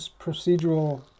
procedural